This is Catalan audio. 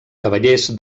cavallers